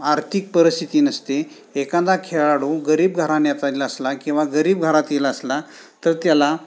आर्थिक परिस्थिती नसते एखादा खेळाडू गरीब घराण्यातला असला किंवा गरीब घरातील असला तर त्याला